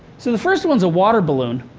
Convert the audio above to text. so the first one's a water balloon.